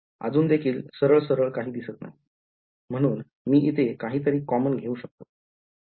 अजून देखील सरळ सरळ काही दिसत नाही म्हणून मी इथे काहीतरी कॉमन घेऊ शकतो